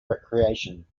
recreation